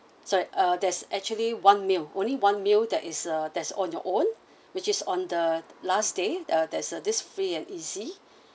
sorry uh there's actually one meal only one meal that is uh that's on your own which is on the last day uh there's uh this free and easy